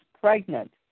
pregnant